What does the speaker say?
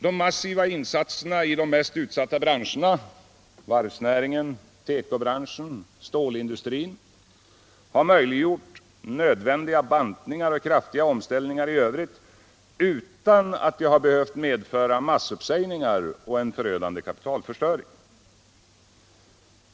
De massiva insatserna i de mest utsatta branscherna, som varvsnäringen, tekobranschen och stålindustrin, har möjliggjort nödvändiga bantningar och kraftiga omställningar i övrigt, utan att det har behövt medföra massuppsägningar och en förödande kapitalförstöring.